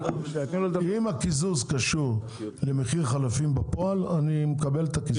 אם הקיזוז קשור למחיר חלפים בפועל אני מקבל את הקיזוז הזה.